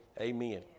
amen